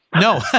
No